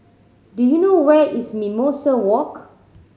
do you know where is Mimosa Walk